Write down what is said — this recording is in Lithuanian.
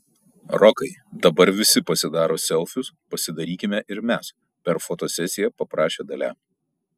rokai dabar visi pasidaro selfius pasidarykime ir mes per fotosesiją paprašė dalia